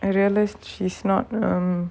realise she's not normal